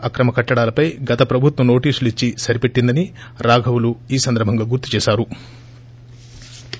అక్రమ కట్టడాలపై గత ప్రభుత్వం నోటీసులు ఇచ్చి సరిపెట్టిందని రాఘవులు ఈ సందర్భంగా గుర్తు చేశారు